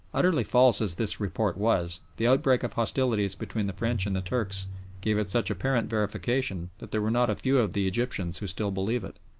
utterly false as this report was, the outbreak of hostilities between the french and the turks gave it such apparent verification, that there are not a few of the egyptians who still believe it.